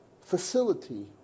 facility